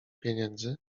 pieniędzy